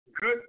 good